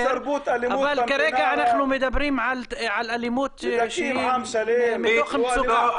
אבל כרגע, אנחנו מדברים על אלימות מתוך מצוקה.